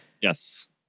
Yes